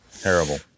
Terrible